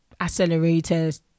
accelerators